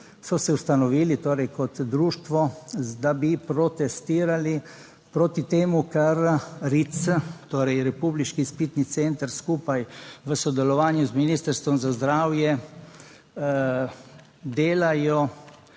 so se ustanovili torej kot društvo, da bi protestirali proti temu, kar RIC, torej Republiški izpitni center, skupaj v sodelovanju z Ministrstvom za zdravje delajo